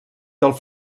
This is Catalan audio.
del